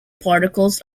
particles